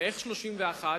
איך 31?